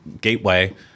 gateway